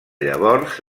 llavors